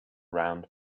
round